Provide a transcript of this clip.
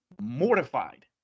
mortified